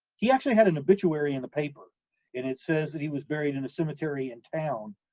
he actually had an obituary in the paper and it says that he was buried in a cemetery in town,